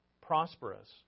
prosperous